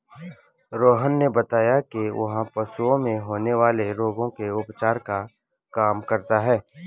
रोहन ने बताया कि वह पशुओं में होने वाले रोगों के उपचार का काम करता है